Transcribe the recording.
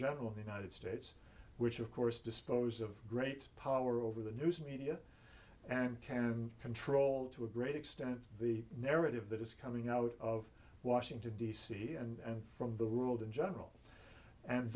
general the united states which of course dispose of great power over the news media and can control to a great extent the narrative that is coming out of washington d c and from the world in general and